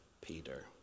peter